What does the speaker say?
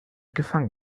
gefangen